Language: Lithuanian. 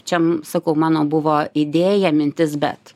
čia sakau mano buvo idėja mintis bet